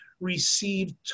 received